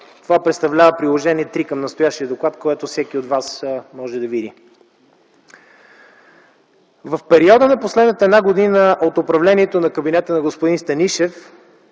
Това представлява Приложение № 3 към настоящия доклад, което всеки може да види. В периода на последната една година от управлението на кабинета на господин Станишев